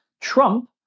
Trump